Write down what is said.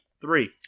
three